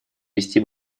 вести